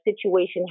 situation